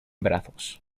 brazos